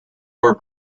war